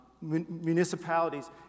municipalities